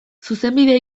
zuzenbidea